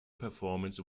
performance